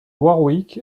warwick